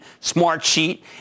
Smartsheet